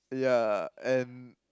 yeah and